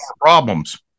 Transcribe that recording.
problems